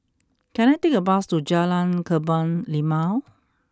can I take a bus to Jalan Kebun Limau